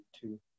two